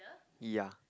yeah